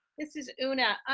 this is una.